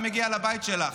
היה מגיע לבית שלך,